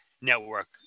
network